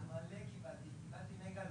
למנכ"ל